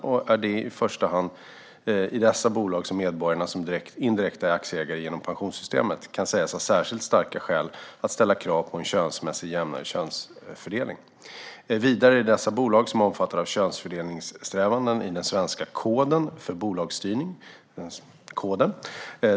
Det är i första hand i dessa bolag som medborgarna, som indirekta aktieägare genom pensionssystemet, kan sägas ha särskilt starka skäl att ställa krav på en könsmässigt jämnare styrelsesammansättning. Vidare är det dessa bolag som omfattas av könsfördelningssträvandena i den svenska koden för bolagsstyrning .